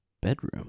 bedroom